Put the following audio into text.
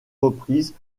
reprises